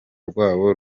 rwabo